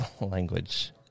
language